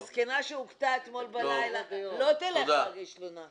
הזקנה שהוכתה אתמול בלילה לא תלך להגיש תלונה.